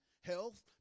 health